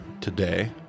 today